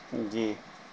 جی